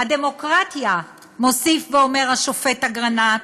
"הדמוקרטיה", מוסיף ואומר השופט אגרנט,